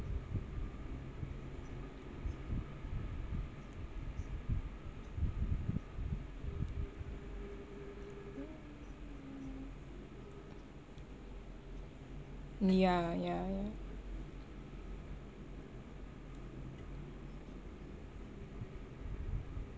(B> yah yah yah